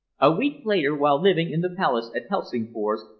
a week later, while living in the palace at helsingfors,